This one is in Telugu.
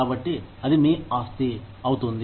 కాబట్టి అది మీ ఆస్తి అవుతుంది